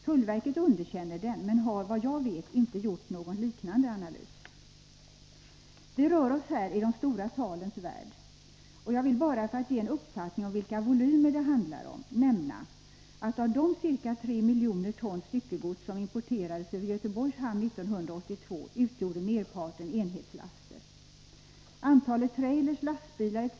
Tullverket underkänner den men har, vad jag vet, inte gjort någon liknande analys. Vi rör oss här i de stora talens värld, och jag vill bara för att ge en uppfattning om vilka volymer det handlar om nämna att av de ca 3 miljoner ton styckegods som importerades över Göteborgs hamn 1982 utgjorde merparten enhetslaster. Antalet trailrar, lastbilar etc.